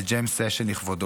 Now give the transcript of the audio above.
לג'אם סשן לכבודו,